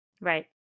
right